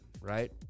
right